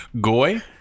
Goy